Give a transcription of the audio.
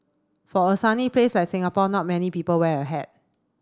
for a sunny place like Singapore not many people wear a hat